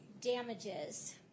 Damages